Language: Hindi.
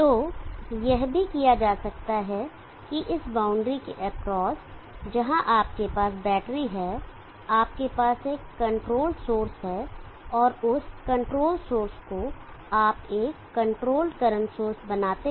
तो यह भी किया जा सकता है के इस बाउंड्री के एक्रॉस जहां आपके पास बैटरी है आपके पास एक कंट्रोल्ड सोर्स है और उस कंट्रोल्ड सोर्स को आप एक कंट्रोल्ड करंट सोर्स बनाते हैं